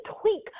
tweak